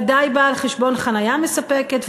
וודאי בא על חשבון חניה מספקת,